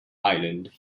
island